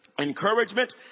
encouragement